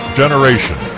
generation